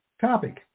Topic